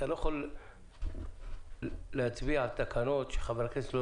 אתה לא יכול להצביע על תקנות שחברי הכנסת לא